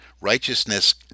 Righteousness